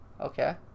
Okay